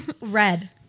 Red